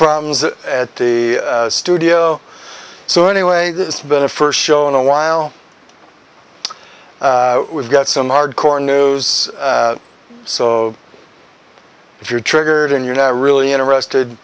problems at the studio so anyway it's been a first show in a while we've got some hardcore new so if you're triggered and you're not really interested